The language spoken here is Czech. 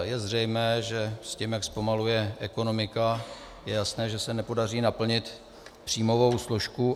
Je zřejmé, že s tím, jak zpomaluje ekonomika, je jasné, že se nepodaří naplnit příjmovou složku.